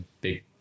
big